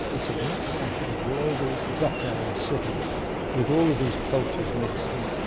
it's an international, global docklands city with all of these cultures mixing,